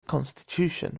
constitution